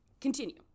continue